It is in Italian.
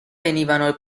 venivano